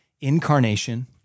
incarnation